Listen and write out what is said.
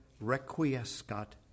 requiescat